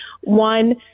one